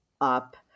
up